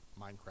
Minecraft